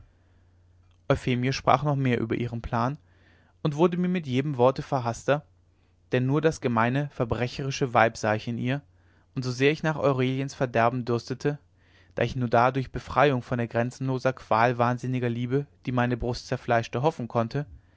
euphemie sprach noch mehr über ihren plan und wurde mir mit jedem worte verhaßter denn nur das gemeine verbrecherische weib sah ich in ihr und so sehr ich nach aureliens verderben dürstete da ich nur dadurch befreiung von der grenzenlosen qual wahnsinniger liebe die meine brust zerfleischte hoffen konnte